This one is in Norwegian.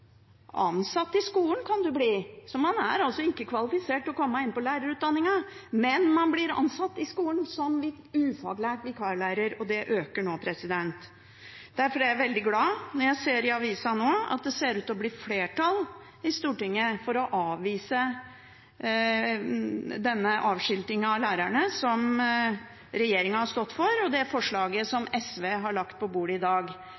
ansatt i skolen, kan du bli. Man er altså ikke kvalifisert til å komme inn på lærerutdanningen, men man blir ansatt i skolen som ufaglært vikarlærer, og det tallet øker nå. Derfor er jeg veldig glad når jeg nå ser i avisen at det ser ut til å bli flertall i Stortinget for å avvise denne avskiltingen av lærerne som regjeringen har stått for, og for det forslaget som SV har lagt på bordet i dag.